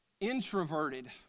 introverted